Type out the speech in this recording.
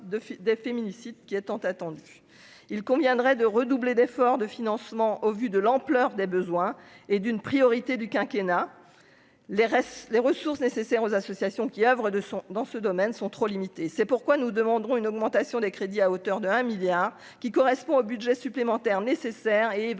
des féminicides qui a tant attendu, il conviendrait de redoubler d'efforts de financement au vu de l'ampleur des besoins et d'une priorité du quinquennat les res les ressources nécessaires aux associations qui Havre de son dans ce domaine sont trop limitées, c'est pourquoi nous demandons une augmentation des crédits à hauteur de 1 milliard qui correspond au budget supplémentaire nécessaire est évalué